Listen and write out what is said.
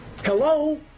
Hello